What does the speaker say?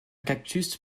cactus